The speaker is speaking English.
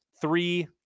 three